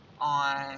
on